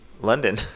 London